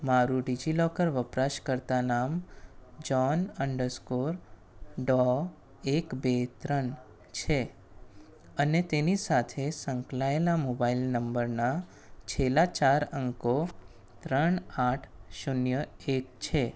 મારું ડિજિલોકર વપરાશકર્તા નામ જોન અન્ડર સ્કોર ડો એક બે ત્રણ છે અને તેની સાથે સંકલાયેલા મોબાઇલ નંબરના છેલ્લા ચાર અંકો ત્રણ આઠ શૂન્ય એક છે